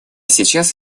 сейчас